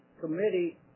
Committee